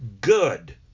good